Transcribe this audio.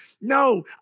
No